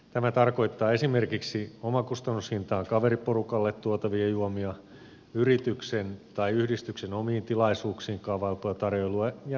tämä tarkoittaa esimerkiksi omakustannushintaan kaveriporukalle tuotavia juomia yrityksen tai yhdistyksen omiin tilaisuuksiin kaavailtua tarjoilua ja niin edelleen